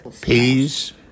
Peas